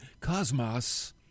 cosmos